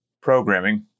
programming